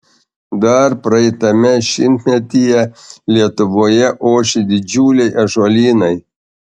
dar praeitame šimtmetyje lietuvoje ošė didžiuliai ąžuolynai